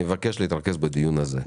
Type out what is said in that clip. אני מבקש להתרכז בדיון הזה.